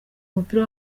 umupira